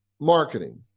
marketing